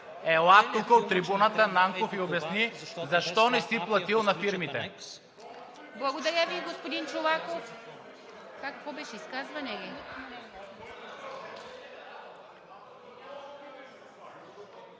Ела тук от трибуната, Нанков, и обясни защо не си платил на фирмите.